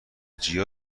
جیا